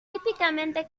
típicamente